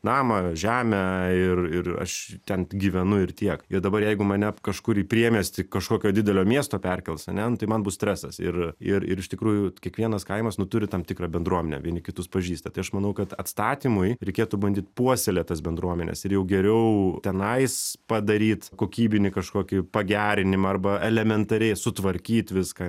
namą žemę ir ir aš ten gyvenu ir tiek ir dabar jeigu mane kažkur į priemiestį kažkokio didelio miesto perkels ane nu tai man bus stresas ir ir ir iš tikrųjų kiekvienas kaimas nu turi tam tikrą bendruomenę vieni kitus pažįsta tai aš manau kad atstatymui reikėtų bandyt puoselėt tas bendruomenes ir jau geriau tenais padaryt kokybinį kažkokį pagerinimą arba elementariai sutvarkyt viską